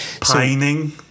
Pining